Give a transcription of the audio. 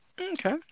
Okay